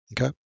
Okay